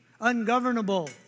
ungovernable